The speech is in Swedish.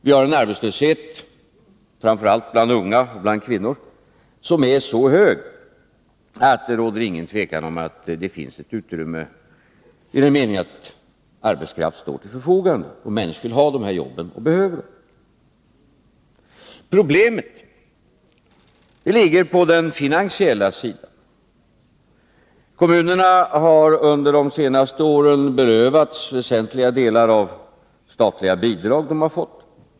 Vi har en arbetslöshet, framför allt bland unga och bland kvinnor, som är så hög att det utan tvivel finns ett utrymme i den meningen att arbetskraft står till förfogande, att det finns människor som vill ha och behöver de här jobben. Problemet ligger på den finansiella sidan. Kommunerna har under de senaste åren berövats väsentliga delar av de statliga bidrag som de tidigare fått.